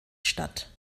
statt